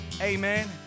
Amen